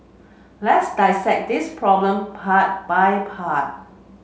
let's dissect this problem part by part